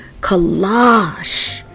collage